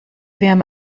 wärme